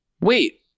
wait